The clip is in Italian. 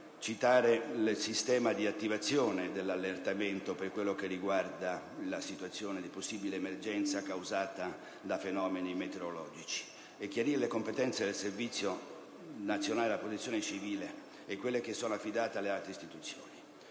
anche il sistema di attivazione dell'allertamento per quanto riguarda la situazione di possibile emergenza causata da fenomeni meteorologici e chiarire le competenze del servizio nazionale della Protezione civile e quelle affidate alle altre istituzioni.